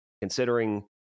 considering